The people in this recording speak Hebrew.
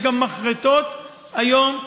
יש גם מחרטות היום,